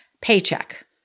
paycheck